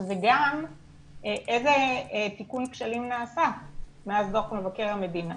גם איזה תיקון כשלים נעשה מאז דוח מבקר המדינה,